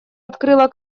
открыла